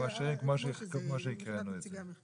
משאירים כמו שהקראנו את זה.